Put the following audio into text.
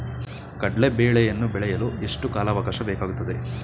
ಕಡ್ಲೆ ಬೇಳೆಯನ್ನು ಬೆಳೆಯಲು ಎಷ್ಟು ಕಾಲಾವಾಕಾಶ ಬೇಕಾಗುತ್ತದೆ?